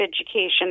Education